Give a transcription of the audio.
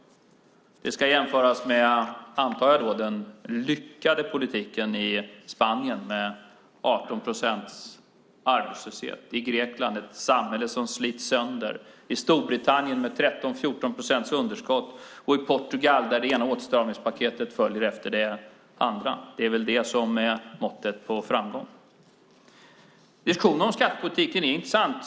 Jag antar att det ska jämföras med den lyckade politiken i Spanien med 18 procents arbetslöshet, med Grekland - ett samhälle som slits sönder -, med Storbritannien med 13-14 procents underskott och med Portugal där det ena åtstramningspaketet följs av det andra. Det är väl det som är måttet på framgång. Diskussionen om skattepolitiken är intressant.